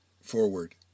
Forward